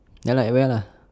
ya lah at where lah